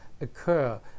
occur